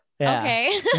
Okay